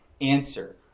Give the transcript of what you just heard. answer